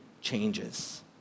changes